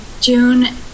june